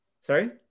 Sorry